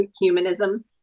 humanism